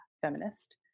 feminist